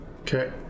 Okay